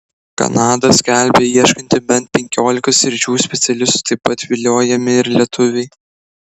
kanada skelbia ieškanti bent penkiolikos sričių specialistų taip pat viliojami ir lietuviai